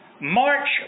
March